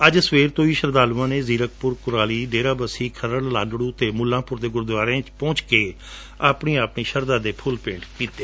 ਅੱਜ ਸਵੇਰੇ ਤੋਂ ਹੀ ਸ਼ਰਧਾਲੂਆਂ ਨੇ ਜੀਕਰਪੁਰ ਕੁਰਾਲੀ ਡੇਰਾਬਸੀ ਖਰੜ ਲਾਲਤੂ ਅਤੇ ਮੁੱਲਾਪੁਰ ਦੇ ਗੁਰੂਦੁਆਰਿਆਂ ਵਿਚ ਪਹੂੰਚ ਕੇ ਆਪਣੀ ਆਪਣੀ ਸ਼ਰਧਾ ਦੇ ਫੁੱਲ ਭੇਂਟ ਕੀਤੇ